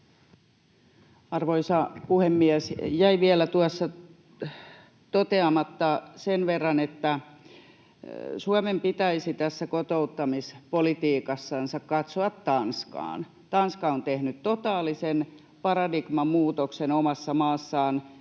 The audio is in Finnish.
Arvoisa puhemies! Jäi vielä tuossa toteamatta sen verran, että Suomen pitäisi tässä kotouttamispolitiikassansa katsoa Tanskaan. Tanska on tehnyt omassa maassaan